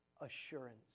assurance